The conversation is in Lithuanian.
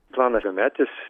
planas dvimetis